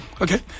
okay